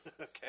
Okay